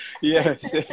Yes